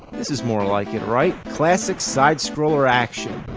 this is more like it right? classic side-scroller action.